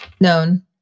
known